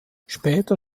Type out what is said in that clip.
später